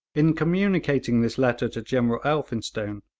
in communicating this letter to general elphinstone,